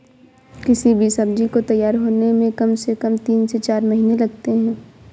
किसी भी सब्जी को तैयार होने में कम से कम तीन से चार महीने लगते हैं